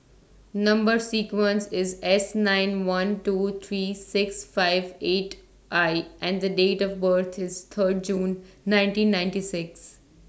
Number sequence IS S nine one two three six five eight I and The Date of birth IS Third June nineteen ninety six